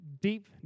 deep